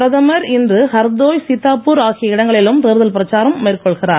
பிரதமர் இன்று ஹர்தோய் சீதாப்பூர் ஆகிய இடங்களிலும் தேர்தல் பிரச்சாரம் மேற்கொள்கிறார்